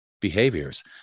behaviors